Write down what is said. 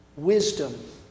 Wisdom